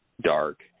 dark